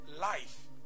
life